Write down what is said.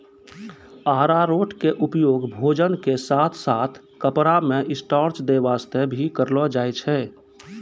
अरारोट के उपयोग भोजन के साथॅ साथॅ कपड़ा मॅ स्टार्च दै वास्तॅ भी करलो जाय छै